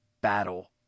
battle